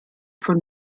von